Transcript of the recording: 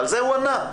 ועל זה הוא ענה.